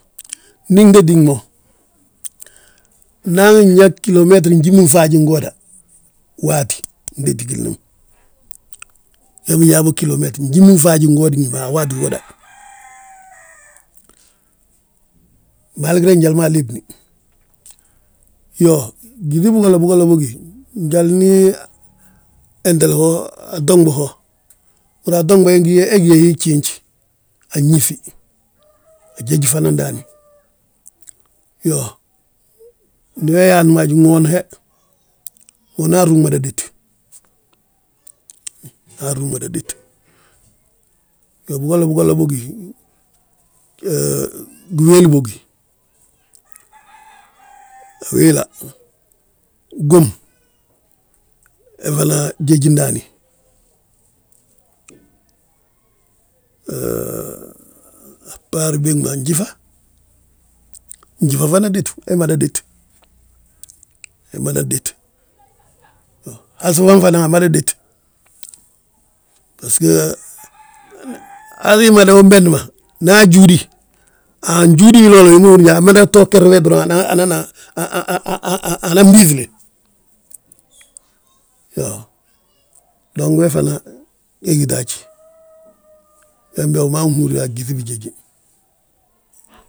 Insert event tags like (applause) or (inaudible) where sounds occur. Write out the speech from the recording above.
Ndi gtéti mo, naaŋ nyaa gilometeri njimin faanjingooda waatí, gdéti gilli ma, wi ma binyaabo gilometer njimin faanjingooda a waatí uwoda, (noise) (unintelligible) njali ma alébni. Iyoo, gyíŧi bigolla bigolla bógi, njalni hetele ho atonɓu ho, húri yaa atonɓa he, he gí ye wii gjiinj, anyíŧi, ajéj fana ndaani; Iyoo, Ndu we yaanti mo haj, ŋoon he, ŋoonaa rruŋ mada dét, aa rruŋ mada dét. Iyoo bigolla bigolla bógi, he giwéli bógi, (noise) a wéla, gom he fana jéji ndaani, (hesitation) (unintelligible) njífa, njífa fana détu, he mada dét, he mada dét, has ma fana amada dét. Bbasgo, (noise) hali mada unbendi ma, nda ajúudi, anjúudi wil wi ma húrin yaa amada to geri we droŋ hanan (hesitation) anan biiŧile. Iyoo we fana we gíta haj, wembe wi maa wi nhúri a gyíŧi bijéji ma.